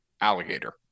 alligator